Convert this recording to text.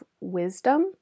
wisdom